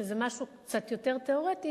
שזה משהו קצת יותר תיאורטי,